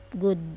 good